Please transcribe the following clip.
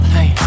Hey